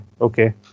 okay